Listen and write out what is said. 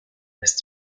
lässt